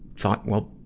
thought, well,